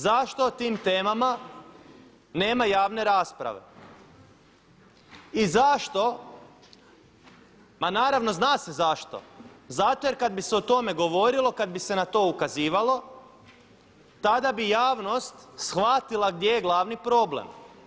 Zašto o tim temama nema javne rasprave i zašto ma naravno zna se zašto, zato jer kada bi se o tome govorilo, kada bi se na to ukazivalo, tada bi javnost shvatila gdje je glavni problem.